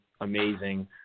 amazing